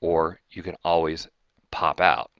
or you can always pop out.